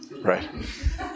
right